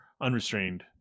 unrestrained